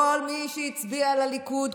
כל מי שהצביעו לליכוד,